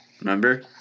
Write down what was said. Remember